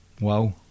Wow